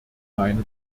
meine